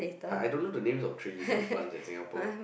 I I don't know the names of trees and plants in Singapore